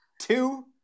two